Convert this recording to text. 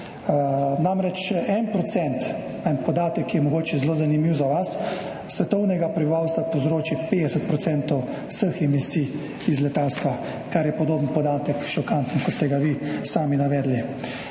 Namreč 1 %, en podatek, ki je mogoče zelo zanimiv za vas, svetovnega prebivalstva povzroči 50 % vseh emisij iz letalstva, kar je podoben podatek,. Šokanten, kot ste ga vi sami navedli,